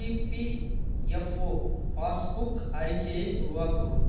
EPFO passbook அறிக்கையை உருவாக்கவும்